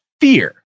fear